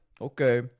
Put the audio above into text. Okay